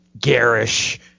garish